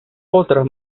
otras